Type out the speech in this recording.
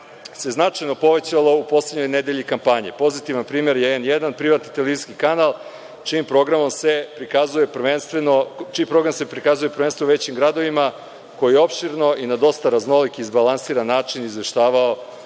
se značajno povećalo u poslednjoj nedelji kampanje. Pozitivan primer je „N1“, privatni televizijski kanal čiji program se pokazuje prvenstveno u većim gradovima koji opširno i na dosta raznolik, izbalansiran način je izveštavao